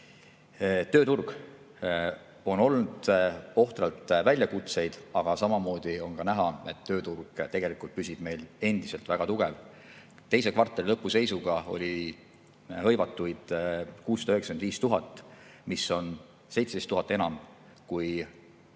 Tööturg. On olnud ohtralt väljakutseid, aga samamoodi on näha, et tööturg tegelikult püsib meil endiselt väga tugev. Teise kvartali lõpu seisuga oli hõivatuid 695 000, mis on 17 000 enam kui